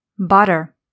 Butter